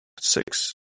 Six